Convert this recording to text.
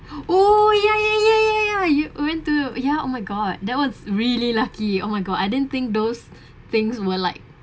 oh ya ya ya ya ya you went to oh ya oh my god that was really lucky oh my god I didn't think those things were like